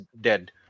dead